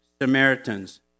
Samaritans